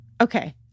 Okay